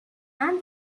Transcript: and